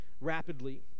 rapidly